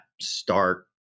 start